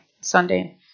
Sunday